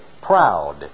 proud